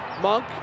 Monk